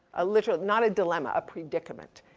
a literal, not a dilemma, a predicament.